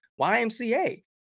YMCA